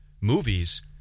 movies